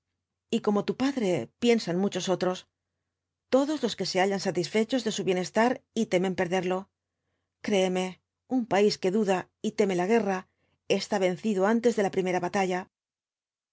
y como tu padre piensan muchos otros todos los que se hallan satisfechos de su bienestar y temen perderlo créeme un país que duda y teme la guerra está vencido antes de la primera batalla